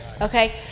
Okay